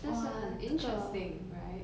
但是很 interesting right